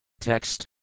Text